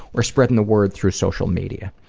or spreading the word through social media.